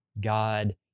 God